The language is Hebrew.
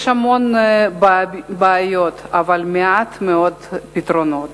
יש המון בעיות, אבל מעט מאוד פתרונות.